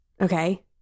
Okay